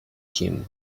him